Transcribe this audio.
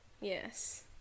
Yes